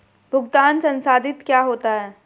भुगतान संसाधित क्या होता है?